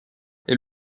est